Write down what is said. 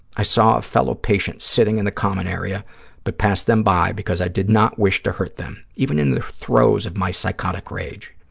i saw a fellow patient sitting in the common area but passed them by because i did not wish to hurt them even in the throes of my psychotic rage.